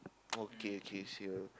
okay okay see her